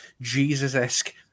Jesus-esque